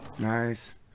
Nice